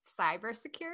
cybersecurity